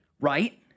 right